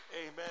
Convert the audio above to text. Amen